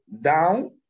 down